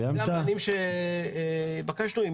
אלה המענים שהתבקשנו לתת.